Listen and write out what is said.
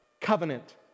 covenant